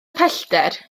pellter